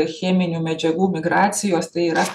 cheminių medžiagų migracijos tai yra